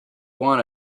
want